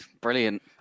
Brilliant